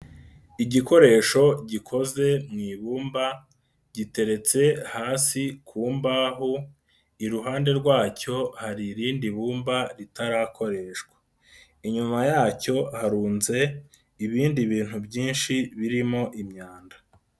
Igikoresho gikoze mu ibumba, giteretse hasi ku mbaho, iruhande rwacyo hari irindi bumba ritarakoreshwa. Inyuma yacyo harunze ibindi bintu byinshi birimo imyanda.